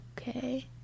Okay